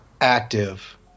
active